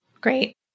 great